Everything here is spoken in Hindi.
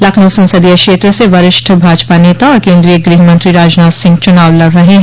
लखनऊ संसदीय क्षेत्र से वरिष्ठ भाजपा नेता और केन्द्रीय गृहमंत्री राजनाथ सिंह चुनाव लड़ रहे हैं